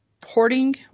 porting